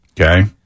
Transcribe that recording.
Okay